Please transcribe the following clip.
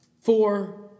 four